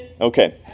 Okay